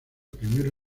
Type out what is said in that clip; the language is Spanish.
primero